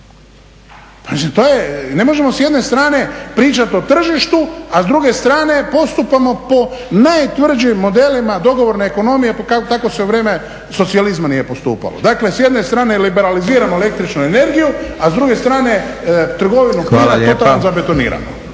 Ne možemo s jedne strane pričat o tržištu, a s druge strane postupamo po najtvrđim modelima dogovorne ekonomije pa tako se u vrijeme socijalizma nije postupalo. Dakle s jedne strane liberaliziramo električnu energiju, a s druge strane trgovinu plina totalno zabetoniramo.